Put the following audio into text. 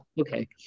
Okay